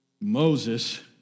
Moses